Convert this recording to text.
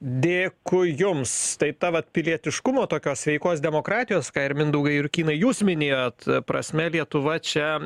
dėkui jums tai ta vat pilietiškumo tokios sveikos demokratijos ką ir mindaugai jurkynai jūs minėjot prasme lietuva čia